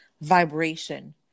vibration